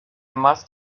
must